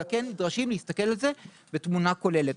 אלא כן נדרשים להסתכל על זה בתמונה כוללת.